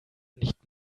nicht